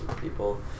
People